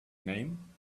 name